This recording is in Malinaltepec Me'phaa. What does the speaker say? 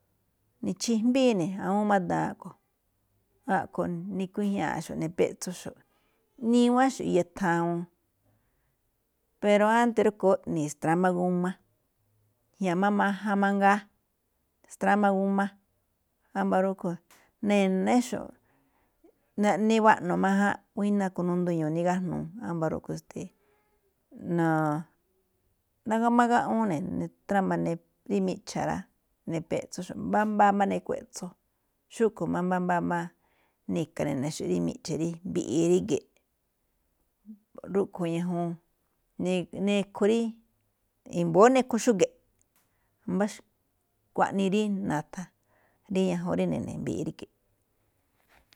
Ni̱chi̱jmbíi ne̱ awúun máꞌ daan a̱ꞌkhue̱n, a̱ꞌkhue̱n nikuíjñáa̱xo̱ꞌ nipeꞌtsóxo̱ꞌ, niwánxo̱ꞌ iya thawun. Pero ánte̱ rúꞌkhue̱n ni̱stráma g a, i̱jña̱ máꞌ majan mangaa, nitrama g a, wámba̱ rúꞌkhue̱n ne̱ne̱̱xo̱ꞌ niwaꞌnu majan, buína̱ kunundu ñu̱u̱ nigájnuu wámba̱ rúꞌkhue̱n esteeꞌ na̱g a gaꞌwuun ne̱. Nitrama ne̱ rí miꞌcha̱ rá, nipeꞌtsóxo̱ꞌ mbámbáa máꞌ nikueꞌtso. Xúꞌkhue̱n má mbámbáa má ni̱ka̱ ne̱nexo̱ꞌ rí mbiꞌi ríge̱ꞌ, rúꞌkhue̱n ñajuun, a̱ꞌkhue̱n rí i̱mbo̱ó nikho xúge̱ꞌ. Mbá xkuaꞌnii rí na̱tha̱n rí ñajuun rí ne̱ne̱ mbiꞌi ríge̱ꞌ.